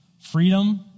Freedom